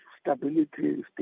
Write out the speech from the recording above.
stability